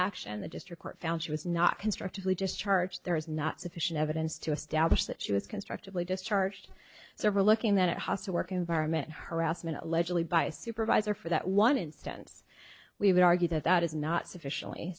action and the district court found she was not constructively discharged there is not sufficient evidence to establish that she was constructively discharged several looking that hostile work environment harassment allegedly by a supervisor for that one instance we would argue that that is not sufficiently